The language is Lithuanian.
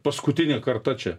paskutinė karta čia